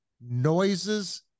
noises